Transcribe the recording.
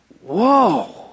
whoa